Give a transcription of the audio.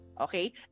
Okay